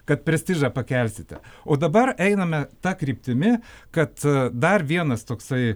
kad prestižą pakelsite o dabar einame ta kryptimi kad dar vienas toksai